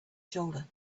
shoulder